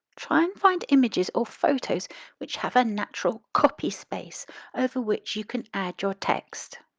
try and find images or photos which have a natural copy space over which you can add your text.